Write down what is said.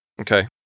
Okay